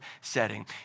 setting